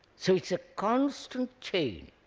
so it is a constant chain.